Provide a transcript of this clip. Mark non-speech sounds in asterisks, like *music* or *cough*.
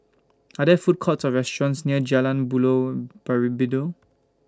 Are There Food Courts Or restaurants near Jalan Buloh *unintelligible*